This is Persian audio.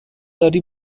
داری